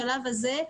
בשלב הזה,